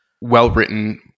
well-written